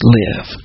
live